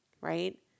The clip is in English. right